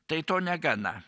tai to negana